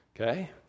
Okay